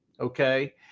okay